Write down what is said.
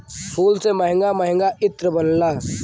फूल से महंगा महंगा इत्र बनला